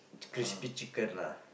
crispy chicken lah